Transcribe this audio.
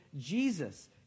jesus